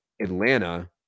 Atlanta